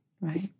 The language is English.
right